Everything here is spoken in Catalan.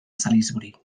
salisbury